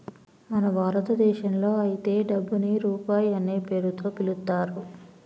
మన భారతదేశంలో అయితే డబ్బుని రూపాయి అనే పేరుతో పిలుత్తారు